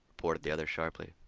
retorted the other sharply.